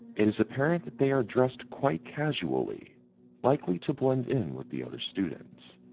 it is apparent that they are dressed quite casually likely to blend in with the other students.